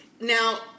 Now